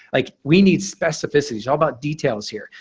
like we need specificity all about details here.